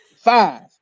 Five